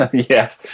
ah yes.